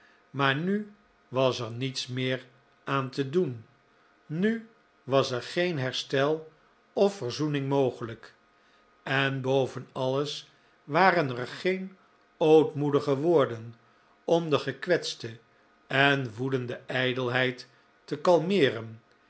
maar nu was er niets meer aan te doen nu was er geen herstel of verzoening mogelijk en boven alles waren er geen ootmoedige woorden om de gekwetste en woedende ijdelheid te kalmeeren